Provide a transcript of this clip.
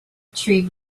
tree